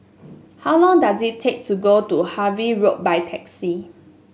how long does it take to get to Harvey Road by taxi